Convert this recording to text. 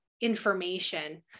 information